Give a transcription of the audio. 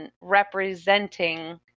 representing